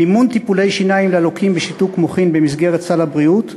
מימון טיפולי שיניים ללוקים בשיתוק מוחין במסגרת סל הבריאות,